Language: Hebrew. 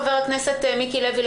חבר הכנסת מיקי לוי,